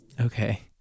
Okay